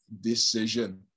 decision